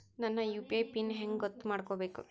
ನನ್ನ UPI PIN ಹೆಂಗ್ ಗೊತ್ತ ಮಾಡ್ಕೋಬೇಕು?